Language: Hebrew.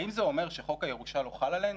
האם זה אומר שחוק הירושה לא חל עלינו?